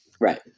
Right